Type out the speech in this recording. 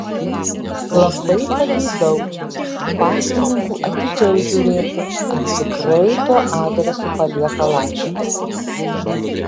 labai pageidaučiau paštininkų atidžiau žiūrėti ar tikrai tuo adresu palieka laiškus